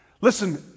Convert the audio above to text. Listen